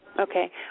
Okay